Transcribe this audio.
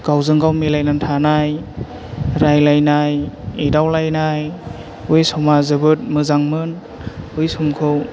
गावजोंगाव मिलायनानै थानाय रायलायनाय एदावलायनाय बै समा जोबोद मोजांमोन बै समखौ